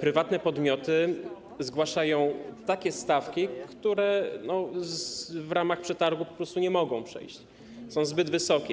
prywatne podmioty zgłaszają takie stawki, które w ramach przetargów po prostu nie mogą przejść, są zbyt wysokie.